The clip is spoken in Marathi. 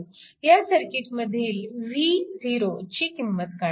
ह्या सर्किट मधील v0 ची किंमत काढा